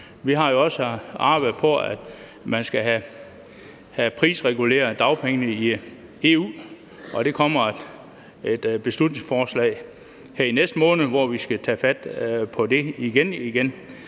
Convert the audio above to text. jo også arbejdet på, at man skal have prisreguleret dagpengene i EU, og det kommer der et beslutningsforslag om her i næste måned, hvor vi skal tage fat på det igen